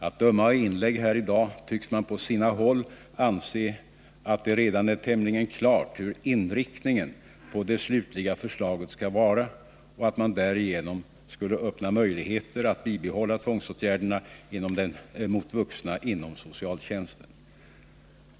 Att döma av inlägg här i dag tycks man på sina håll anse att det redan är tämligen klart hur inriktningen beträffande det slutliga förslaget skall vara och att man därigenom skulle öppna möjligheter att bibehålla tvångsåtgärderna mot vuxna inom socialtjänsten.